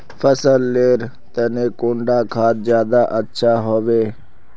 फसल लेर तने कुंडा खाद ज्यादा अच्छा हेवै?